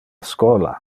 schola